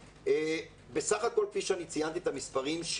כפי שאני ציינתי את המספרים,